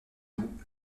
doux